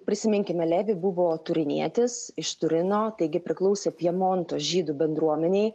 prisiminkime levi buvo turinietis iš turino taigi priklausė pjemonto žydų bendruomenei